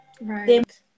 Right